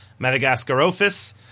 Madagascarophis